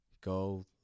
Go